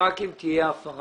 שרק אם תהיה הפרה